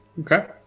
Okay